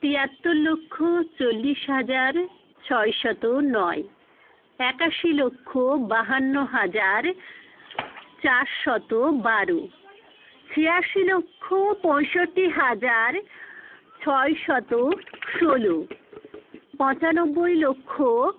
তিয়াত্তর লক্ষ চল্লিশ হাজার ছয়শত নয় একাশি লক্ষ বাহান্ন হাজার চারশত বারো ছিয়াশি লক্ষ পঁয়ষট্টি হাজার ছয়শত ষোলো পঁচানব্বই লক্ষ